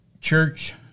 church